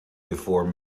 before